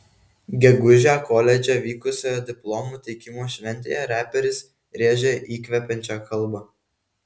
gegužę koledže vykusioje diplomų teikimo šventėje reperis rėžė įkvepiančią kalbą